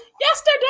Yesterday